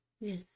Yes